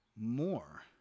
more